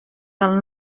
del